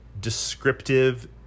descriptive